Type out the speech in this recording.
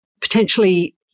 potentially